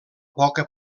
poca